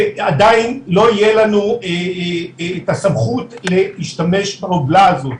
ועדיין לא תהיה לנו את הסמכות להשתמש בזה.